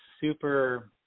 super